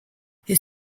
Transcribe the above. his